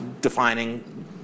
defining